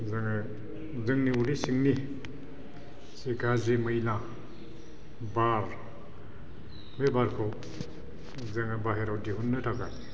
जोङो जोंनि उदै सिंनि जि गाज्रि मैला बार बे बारखौ जोङो बाहेरायाव दिहुननो थाखाय